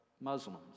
Muslims